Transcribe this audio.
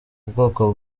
ubwoko